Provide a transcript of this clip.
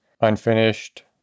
unfinished